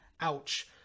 ouch